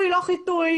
בעניין של חיטוי